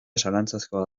zalantzazkoa